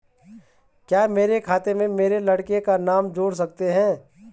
क्या मेरे खाते में मेरे लड़के का नाम जोड़ सकते हैं?